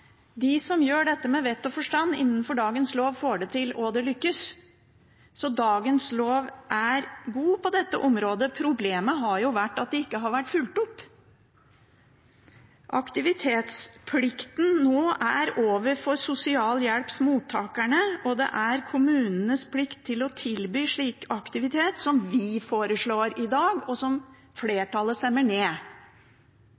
De som gjør dette med vett og forstand innenfor dagens lov, får det til, og det lykkes. Så dagens lov er god på dette området. Problemet har jo vært at det ikke har vært fulgt opp. Aktivitetsplikten er nå over for sosialhjelpsmottakerne, og det er kommunenes plikt å tilby slik aktivitet – som vi foreslår i dag, og som